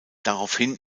daraufhin